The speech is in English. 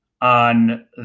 on